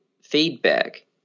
feedback